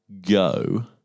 Go